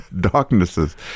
darknesses